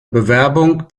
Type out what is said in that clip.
bewerbung